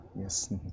Yes